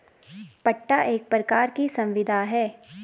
पट्टा एक प्रकार की संविदा है